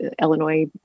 Illinois